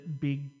big